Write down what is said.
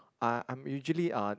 uh I'm usually uh